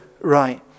right